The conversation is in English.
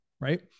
right